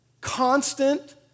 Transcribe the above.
constant